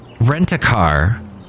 Rent-A-Car